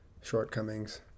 shortcomings